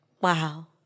Wow